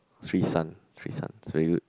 Srisan Srisan is very good